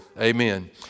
Amen